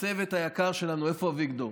לצוות היקר שלנו, איפה אביגדור?